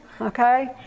Okay